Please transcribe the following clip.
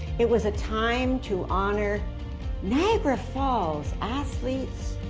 it was a time to honor niagara falls athletes,